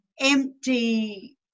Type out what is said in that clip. empty